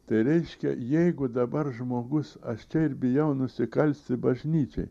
tai reiškia jeigu dabar žmogus aš čia ir bijau nusikalsti bažnyčiai